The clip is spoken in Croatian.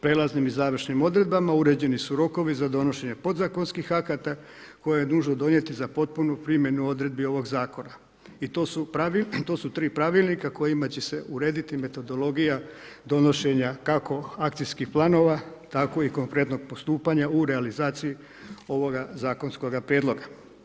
Prijelaznim i završnim odredbama, uređeni su rokovi za donošenje podzakonskih akata, koje je dužno donijeti za potpunu primjenu odredbi ovog zakona i to su 3 pravilnika kojima će se urediti metodologija donošenja, kako akcijskih planova, tako i konkretnog postupanja u realizaciji ovoga zakonskoga prijedloga.